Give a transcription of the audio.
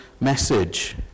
message